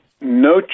no